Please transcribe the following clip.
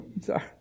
Sorry